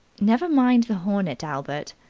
never mind the hornet, albert.